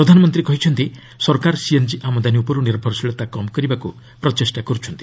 ପ୍ରଧାନମନ୍ତ୍ରୀ କହିଛନ୍ତି ସରକାର ସିଏନ୍ଜି ଆମଦାନୀ ଉପରୁ ନିର୍ଭରଶୀଳତା କମ୍ କରିବାକୁ ପ୍ରଚେଷ୍ଟା କରୁଛନ୍ତି